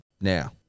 Now